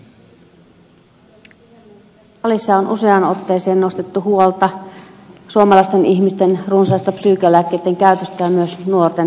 tässä salissa on useaan otteeseen kannettu huolta suomalaisten ihmisten runsaasta psyykenlääkkeitten käytöstä ja myös nuorten osalta